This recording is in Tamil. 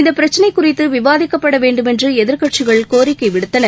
இந்தபிரச்சினைகுறித்துவிவாதிக்கப்படவேண்டுமென்றுஎதிர்க்கட்சிகள் கோரிக்கைவிடுத்தன